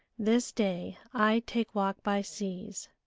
this day i take walk by seas.